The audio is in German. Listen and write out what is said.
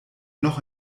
noch